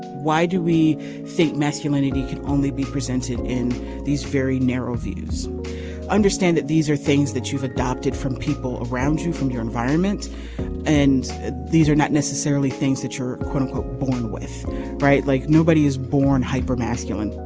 why do we think masculinity can only be presented in these very narrow views. i understand that these are things that you've adopted from people around you from your environment and ah these are not necessarily things that you're born with right like nobody is born hyper masculine.